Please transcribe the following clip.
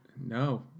No